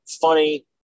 funny